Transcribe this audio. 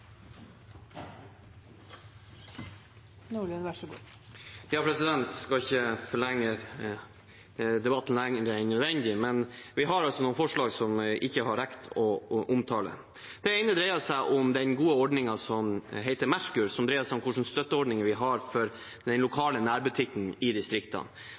skal ikke forlenge debatten mer enn nødvendig, men vi har altså noen forslag som jeg ikke har rukket å omtale. Det ene dreier seg om den gode ordningen som heter Merkur, for hva slags støtteordninger vi har for den lokale nærbutikken i distriktene.